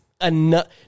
enough